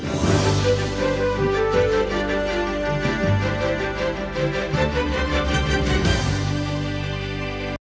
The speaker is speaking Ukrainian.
Дякую.